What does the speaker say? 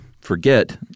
forget